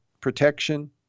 protection